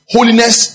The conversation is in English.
Holiness